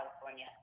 California